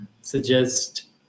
suggest